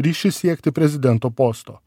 ryšis siekti prezidento posto